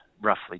roughly